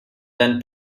than